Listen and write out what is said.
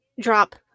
drop